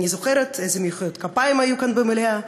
אני זוכרת איזה מחיאות כפיים היו כאן במליאה,